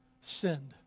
sinned